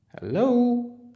Hello